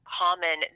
common